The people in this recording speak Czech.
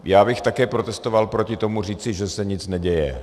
Já bych také protestoval proti tomu říci, že se nic neděje.